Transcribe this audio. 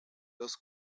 los